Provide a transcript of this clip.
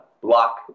block